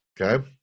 Okay